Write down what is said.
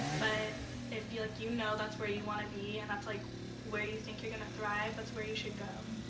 but if you like you know that's where you want to be, and that's like where you think you're going to thrive, that's where you should go.